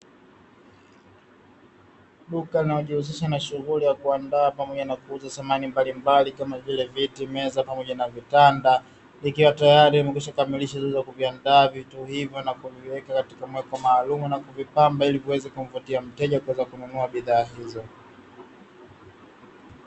Duka linalojihusisha na shughuli ya kuandaaa pamoja na kuuza samani mbalimbali kama vile viti, meza pamoja na vitanda ,ikiwa tayar amekwisha kamilisha zoezi la kuviandaa vitu hivo na kuviweka katika mako maalumu na kuvipamba ili kuweza kumvutia mteja kuweza kununua vitu hivyo .